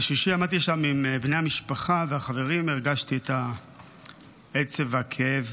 בשישי עמדתי שם עם בני המשפחה והחברים והרגשתי את העצב והכאב